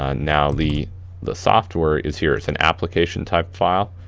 ah now the the software is here. it's an application-type file.